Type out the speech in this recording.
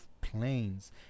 planes